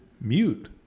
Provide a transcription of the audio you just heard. mute